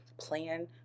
Plan